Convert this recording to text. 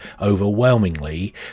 overwhelmingly